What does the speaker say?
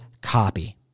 copy